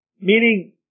Meaning